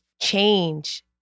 change